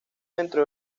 dentro